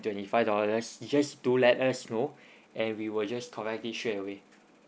twenty five dollars you just do let us know and we will just correct it straight away